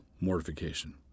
mortification